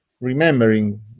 remembering